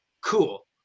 cool